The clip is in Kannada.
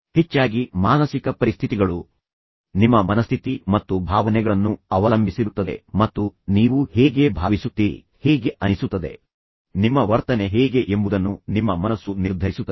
ಹೆಚ್ಚಾಗಿ ಮಾನಸಿಕ ಪರಿಸ್ಥಿತಿಗಳು ನಿಮ್ಮ ಮನಸ್ಥಿತಿ ಮತ್ತು ಭಾವನೆಗಳನ್ನು ಅವಲಂಬಿಸಿರುತ್ತದೆ ಮತ್ತು ನೀವು ಹೇಗೆ ಭಾವಿಸುತ್ತೀರಿ ಹೇಗೆ ಅನಿಸುತ್ತದೆ ನಿಮ್ಮ ವರ್ತನೆ ಹೇಗೆ ಎಂಬುದನ್ನು ನಿಮ್ಮ ಮನಸ್ಸು ನಿರ್ಧರಿಸುತ್ತದೆ